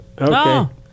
Okay